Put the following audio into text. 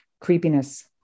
creepiness